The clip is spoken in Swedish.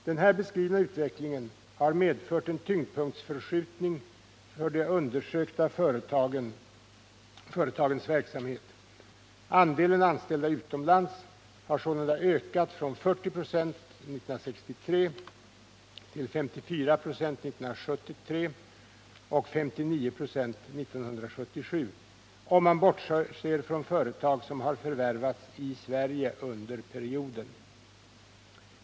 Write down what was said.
Den här beskrivna utvecklingen har medfört en tyngdpunktsförskjutning av de undersökta företagens verksamhet. Andelen anställda utomlands har sålunda ökat från 40 96 år 1963 till 54 26 år 1973 och till 59 96 år 1977, om man bortser från företag som har förvärvats i Sverige under perioden.